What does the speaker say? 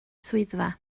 swyddfa